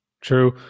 True